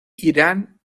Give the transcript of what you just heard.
irán